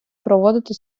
проводити